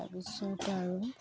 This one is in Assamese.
তাৰ পিছত আৰু